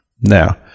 Now